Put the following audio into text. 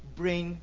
bring